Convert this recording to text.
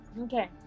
Okay